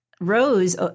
rose